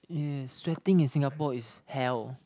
yes sweating in Singapore is hell